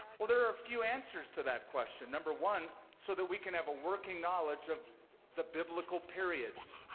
well, there are a few answers to that question number one, so that we could have a working knowledge of the biblical periods,